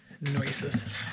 noises